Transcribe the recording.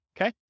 Okay